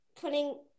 putting